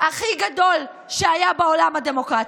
שהודה: